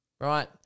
right